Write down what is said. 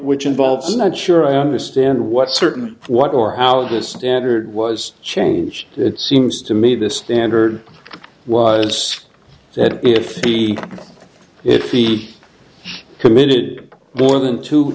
which involves not sure i understand what certain what or how this standard was changed it seems to me this standard was that if he it he committed more than two